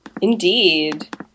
Indeed